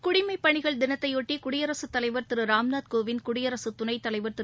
குடிமைப்பணிகள் தினத்தையொட்டி குடியரசுத் தலைவர் திருராம்நாத் கோவிந்த் குடியரசுத் துணைத் தலைவா் திரு